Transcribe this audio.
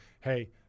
hey